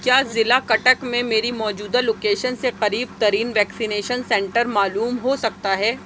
کیا ضلع کٹک میں میری موجودہ لوکیشن سے قریب ترین ویکسینیشن سینٹر معلوم ہو سکتا ہے